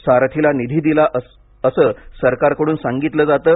सारथीला निधी दिला असं सरकारकडून सांगितलं जातं